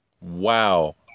Wow